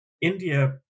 India